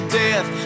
death